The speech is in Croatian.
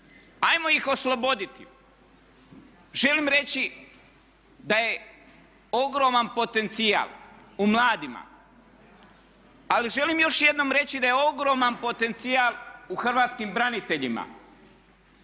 ajmo ih osloboditi. Želim reći da je ogroman potencijal u mladima. Ali želim još jednom reći da je ogroman potencijal u hrvatskim braniteljima.